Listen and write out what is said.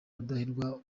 rudahigwa